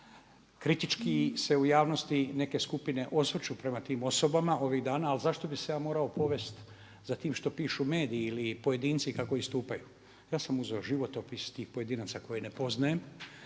Kritički se u javnosti neke skupine osvrću prema tim osobama ovih dana ali zašto bih se ja morao povesti za tim što pišu mediji ili pojedinci kako istupaju? Ja sam uzeo životopis tih pojedinaca koje ne poznajem,